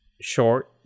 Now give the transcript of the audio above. Short